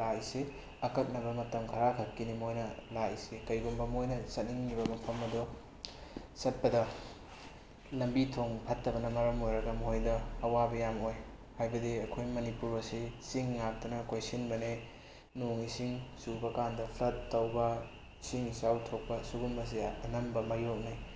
ꯂꯥꯛꯏꯁꯤ ꯑꯀꯛꯅꯕ ꯃꯇꯝ ꯈꯔꯈꯛꯀꯤꯅꯤ ꯃꯣꯏꯅ ꯂꯥꯛꯏꯁꯤ ꯀꯩꯒꯨꯝꯕ ꯃꯣꯏꯅ ꯆꯠꯅꯤꯡꯉꯤꯕ ꯃꯐꯝ ꯑꯗꯨ ꯆꯠꯄꯗ ꯂꯝꯕꯤ ꯊꯣꯡ ꯐꯠꯇꯕꯅ ꯃꯔꯝ ꯑꯣꯏꯔꯒ ꯃꯣꯏꯗ ꯑꯋꯥꯕ ꯌꯥꯝ ꯑꯣꯏ ꯍꯥꯏꯕꯗꯤ ꯑꯩꯈꯣꯏ ꯃꯅꯤꯄꯨꯔ ꯑꯁꯤ ꯆꯤꯡ ꯉꯥꯛꯇꯅ ꯀꯣꯏꯁꯤꯟꯕꯅꯤ ꯅꯣꯡ ꯏꯁꯤꯡ ꯆꯨꯕ ꯀꯥꯟꯗ ꯐ꯭ꯂꯠ ꯇꯧꯕ ꯏꯁꯤꯡ ꯏꯆꯥꯎ ꯊꯣꯛꯄ ꯁꯨꯒꯨꯝꯕꯁꯦ ꯌꯥꯝ ꯑꯅꯝꯕ ꯃꯥꯌꯣꯛꯅꯩ